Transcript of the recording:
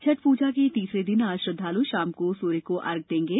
छठ पूजा के तीसरे दिन आज श्रद्वालु शाम को सूर्य को अर्घ्य देंगे